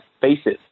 faces